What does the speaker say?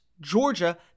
georgia